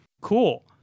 cool